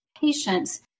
patients